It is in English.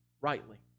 rightly